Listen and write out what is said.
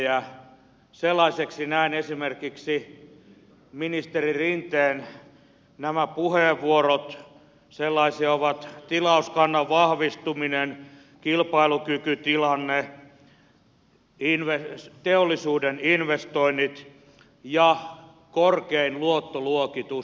sellaisiksi näen esimerkiksi nämä ministeri rinteen puheenvuorot sellaisia ovat tilauskannan vahvistuminen kilpailukykytilanne teollisuuden investoinnit ja korkein luottoluokitus